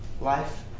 life